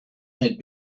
had